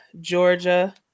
georgia